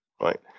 right